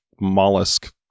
mollusk